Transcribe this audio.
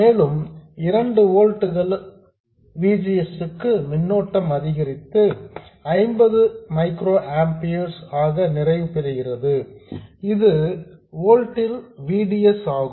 மேலும் 2 volts V G S க்கு மின்னோட்டம் அதிகரித்து 50 மைக்ரோஆம்பியர்ஸ் ஆக நிறைவு பெறுகிறது இது ஓல்ட்ஸ் ல் V D S ஆகும்